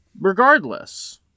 Regardless